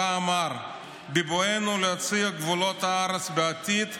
שבה אמר: "בבואנו להציע גבולות הארץ בעתיד,